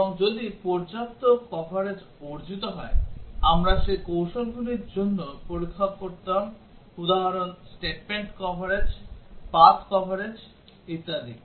এবং যদি পর্যাপ্ত কভারেজ অর্জিত হয় আমরা সেই কৌশলগুলির জন্য পরীক্ষা করতাম উদাহরণ statement কভারেজ পাথ কভারেজ ইত্যাদি